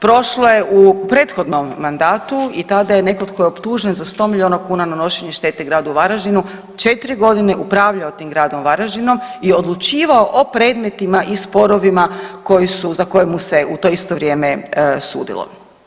Prošlo je u prethodnom mandatu i tada je netko tko je optužen za 100 miliona kuna nanošenja štete gradu Varaždinu 4 godine upravljao tim gradom Varaždinom i odlučivao o predmetima i sporovima koji su, za koje mu se u to isto vrijeme sudilo.